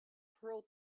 pearl